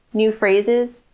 new phrases,